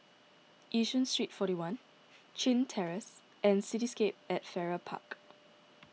Yishun Street forty one Chin Terrace and Cityscape at Farrer Park